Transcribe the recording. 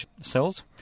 cells